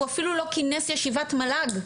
הוא אפילו לא כינס ישיבת מל"ג,